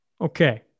Okay